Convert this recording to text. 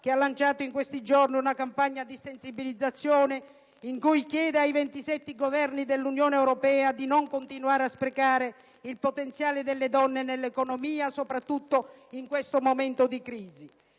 che ha lanciato in questi giorni una campagna di sensibilizzazione in cui chiede ai 27 Governi dell'Unione europea «di non continuare a sprecare il potenziale delle donne nell'economia, soprattutto in questo momento di crisi».